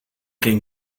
kin